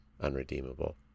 unredeemable